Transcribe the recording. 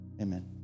amen